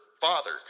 Father